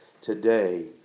today